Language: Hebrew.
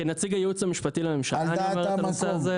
כנציג הייעוץ המשפטי לממשלה אני אומר את זה,